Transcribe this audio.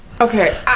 Okay